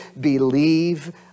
believe